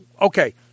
okay